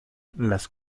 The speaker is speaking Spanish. las